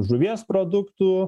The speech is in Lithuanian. žuvies produktų